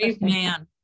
man